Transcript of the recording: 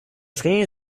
сравнению